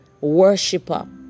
worshiper